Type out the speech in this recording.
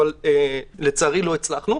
אבל לצערי לא הצלחנו.